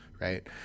right